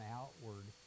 outward